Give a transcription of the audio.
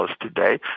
today